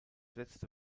letzte